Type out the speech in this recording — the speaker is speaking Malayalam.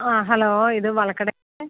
ആ ഹലോ ഇത് വളക്കട